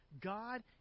God